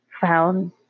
Found